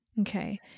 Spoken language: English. Okay